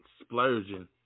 splurging